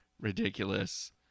ridiculous